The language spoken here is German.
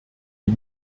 die